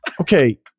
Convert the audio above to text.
Okay